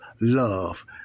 love